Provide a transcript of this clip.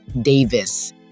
Davis